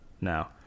now